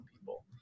people